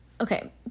okay